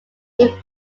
even